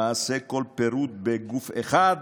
למעשה, כל פירוד בגוף אחד